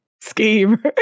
scheme